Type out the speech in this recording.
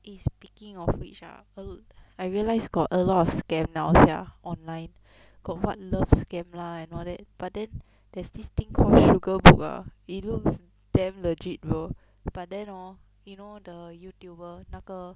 eh speaking of which ah a~ I realise got a lot of scam now sia online got what love scam lah and all that but then there's this thing call sugar book ah it looks damn legit bro but then hor you know the youtuber 那个